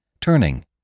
turning